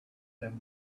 them